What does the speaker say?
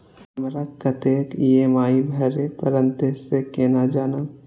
हमरा कतेक ई.एम.आई भरें परतें से केना जानब?